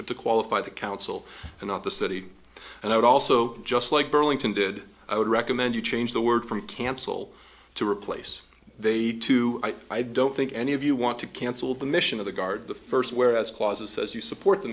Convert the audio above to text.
but to qualify the council and not the city and i would also just like burlington did i would recommend you change the word from cancel to replace they too i don't think any of you want to cancel the mission of the guard the first whereas clauses says you support the